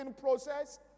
process